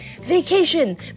Vacation